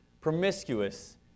promiscuous